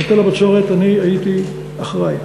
להיטל הבצורת אני הייתי אחראי.